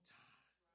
time